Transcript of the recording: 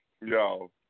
Yo